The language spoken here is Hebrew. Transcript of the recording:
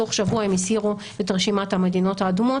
תוך שבוע הם הסירו את רשימת המדינות האדומות,